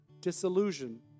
disillusion